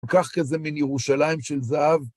לקחת איזה מין ירושלים של זהב.